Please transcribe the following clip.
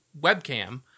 webcam